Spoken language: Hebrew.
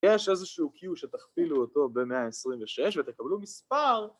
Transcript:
יש איזשהו קיו שכפילו אותו ב126 ותקבלו מספר.